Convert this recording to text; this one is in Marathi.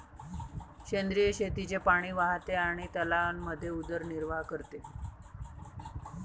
सेंद्रिय शेतीचे पाणी वाहते आणि तलावांमध्ये उदरनिर्वाह करते